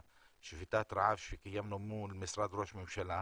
ושביתת הרעב שקיימנו מול משרד ראש הממשלה,